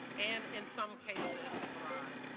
and in some cases, thrive.